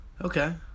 Okay